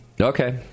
Okay